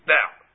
Now